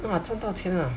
!wah! 赚到钱啊